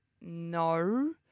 no